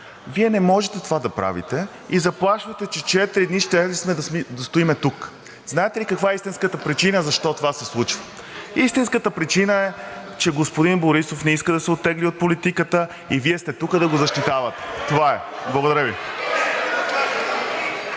Вие не можете това да правите и заплашвате, че четири дни сме щели да стоим тук. Знаете ли каква е истинската причина защо това се случва? Истинската причина е, че господин Борисов не иска да се оттегли от политиката и Вие сте тук да го защитавате. Това е. Благодаря Ви.